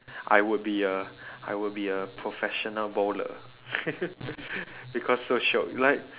I would be a I would be a professional bowler because so shiok like